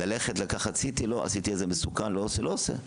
ללכת לקחת CT, לא, CT זה מסוכן, לא עושה.